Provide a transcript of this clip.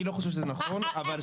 אני לא חושב שזה נכון.